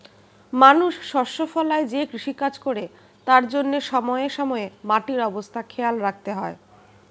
মানুষ শস্য ফলায় যে কৃষিকাজ করে তার জন্যে সময়ে সময়ে মাটির অবস্থা খেয়াল রাখতে হয়